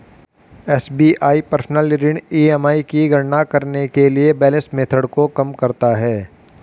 SBI personal ऋण EMI की गणना के लिए बैलेंस मेथड को कम करता है